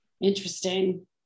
Interesting